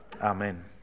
Amen